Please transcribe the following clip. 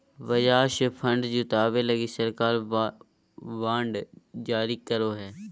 बाजार से फण्ड जुटावे लगी सरकार बांड जारी करो हय